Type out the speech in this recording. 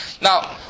Now